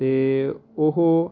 ਅਤੇ ਉਹ